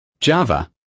Java